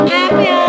Happy